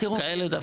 כאלה דווקא פונים.